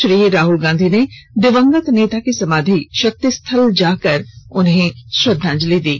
श्री राहुल गांधी ने दिवंगत नेता की समाधि शक्ति स्थ्ल पर जाकर भी उन्हें श्रद्वांजलि दी